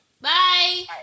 Bye